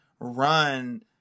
run